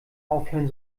aufhören